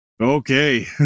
Okay